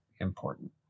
important